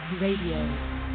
Radio